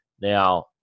Now